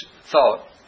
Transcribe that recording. thought